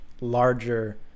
larger